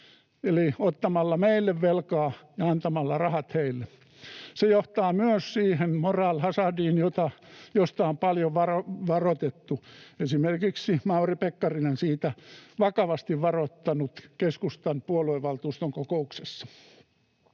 eli ottamalla meille velkaa ja antamalla rahat heille. Se johtaa myös siihen moral hazardiin, josta on paljon varoitettu, esimerkiksi Mauri Pekkarinen on siitä vakavasti varoittanut keskustan puoluevaltuuston kokouksessa.